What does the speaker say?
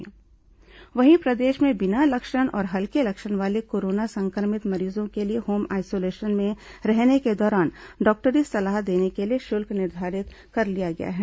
tele परामर्श video call सलाह वहीं प्रदेश में बिना लक्षण और हल्के लक्षण वाले कोरोना संक्रमित मरीजों के लिए होम आइसोलेशन में रहने के दौरान डॉक्टरी सलाह देने के लिए शुल्क निर्धारित कर लिया गया है